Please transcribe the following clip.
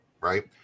right